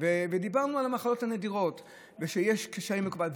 ודיברנו על המחלות הנדירות ושיש קשיים לקופות.